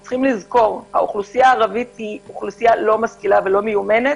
יש לזכור - האוכלוסייה הערבית אינה משכילה ומיומנת.